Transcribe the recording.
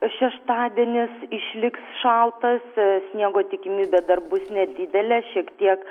šeštadienis išliks šaltas sniego tikimybė dar bus nedidelė šiek tiek